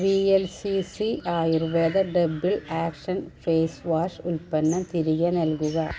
V L C C Ayurveda double action face wash ഉൽപ്പന്നം തിരികെ നൽകുക